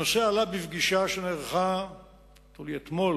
הנושא עלה בפגישה שנערכה אתמול